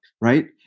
right